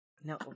No